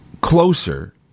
closer